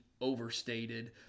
overstated